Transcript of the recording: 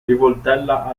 rivoltella